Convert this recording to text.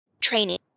training